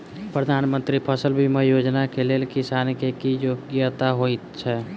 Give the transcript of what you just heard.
प्रधानमंत्री फसल बीमा योजना केँ लेल किसान केँ की योग्यता होइत छै?